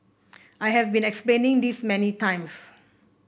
I have been explaining this many times